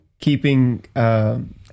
Keeping